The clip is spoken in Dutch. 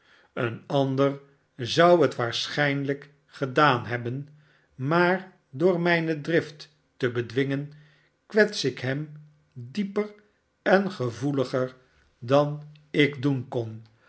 een ander zou het waarschijnlijk gedaan hebben maar door mijne drift te bedwingen kwets ik hem dieper en gevoeliger dan ik doen kon